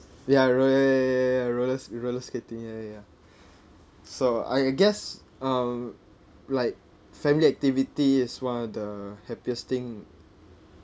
ya rolla~ ya roller roller skating ya ya ya so I guess um like family activity is one of the happiest thing